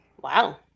Wow